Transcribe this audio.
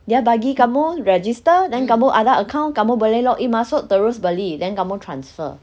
dia bagi kamu register then kamu ada account kamu boleh log in masuk terus beli then kamu transfer